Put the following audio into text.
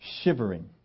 shivering